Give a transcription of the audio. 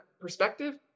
perspective